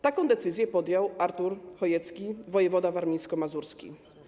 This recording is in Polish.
Taką decyzję podjął Artur Chojecki - wojewoda warmińsko-mazurski.